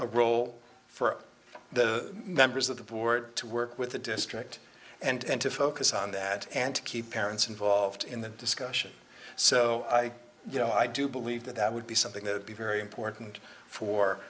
role for the members of the board to work with the district and to focus on that and to keep parents involved in the discussion so i you know i do believe that that would be something that would be very important for